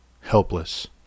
helpless